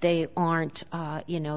they aren't you know